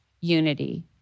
unity